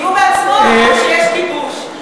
כי הוא בעצמו אמר שיש כיבוש.